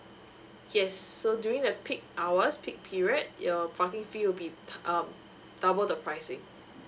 yes so during the peak hours peak period your parking fee will be um double the pricing